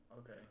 Okay